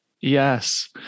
Yes